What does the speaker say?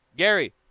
Gary